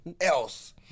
else